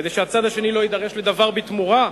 כדי שהצד השני לא יידרש לדבר בתמורה?